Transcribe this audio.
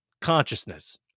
consciousness